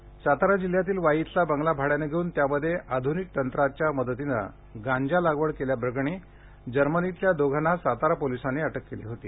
अटक गांजा सातारा जिल्ह्यातील वाई इथला बंगला भाड्याने घेऊन त्यामध्ये आध्निक तंत्राच्या मदतीने गांजा लागवड केल्याप्रकरणी जर्मनीतल्या दोघांना सातारा पोलिसांनी अटक केली होती